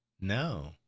no